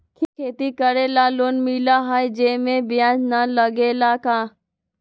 खेती करे ला लोन मिलहई जे में ब्याज न लगेला का?